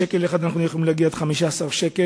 משקל אחד אנחנו יכולים להגיע עד 15 שקל.